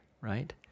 Right